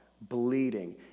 bleeding